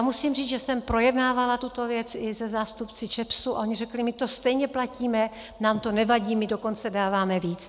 Musím říct, že jsem projednávala tuto věci i se zástupci ČEPSu, a oni řekli: my to stejně platíme, nám to nevadí, my dokonce dáváme víc.